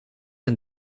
een